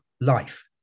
life